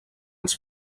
els